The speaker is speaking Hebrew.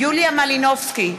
יוליה מלינובסקי,